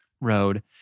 road